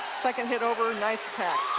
second hit over, nice attack.